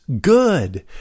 good